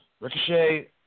Ricochet